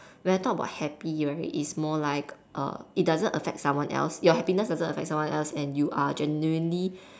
when I talk about happy right it's more like err it doesn't affect someone else your happiness doesn't affect someone else and you are genuinely